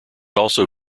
also